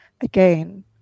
again